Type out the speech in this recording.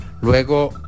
Luego